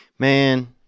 Man